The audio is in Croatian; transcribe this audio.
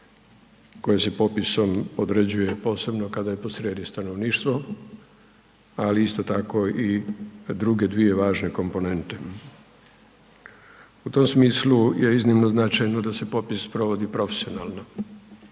koje se popisom određuje, posebno kada je posrijedi stanovništvo, ali isto tako i druge dvije važne komponente. U tom smislu je iznimno značajno da se popis provodi profesionalno